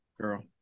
girl